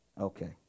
Okay